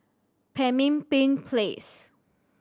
Pemimpin Place